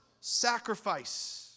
sacrifice